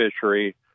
fishery